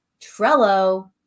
Trello